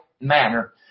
manner